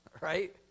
Right